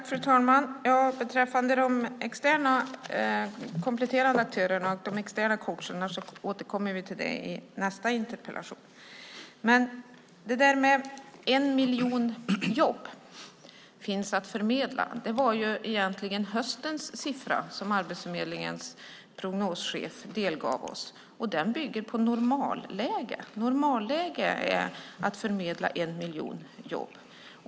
Fru talman! De externa kompletterande aktörerna och de externa coacherna återkommer vi till i nästa interpellation. En miljon jobb finns att förmedla, sägs det. Det var egentligen höstens siffra som Arbetsförmedlingens prognoschef delgav oss. Den bygger på normalläge. Normalläge är att förmedla en miljon jobb.